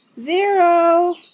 zero